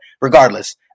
regardless